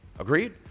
agreed